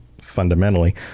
fundamentally